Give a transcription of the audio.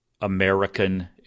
American